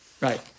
Right